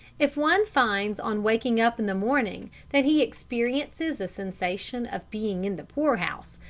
if one finds on waking up in the morning that he experiences a sensation of being in the poor-house,